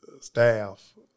staff